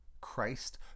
Christ